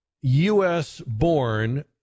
U.S.-born